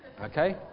Okay